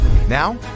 Now